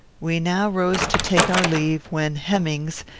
we now rose to take our leave, when hemmings,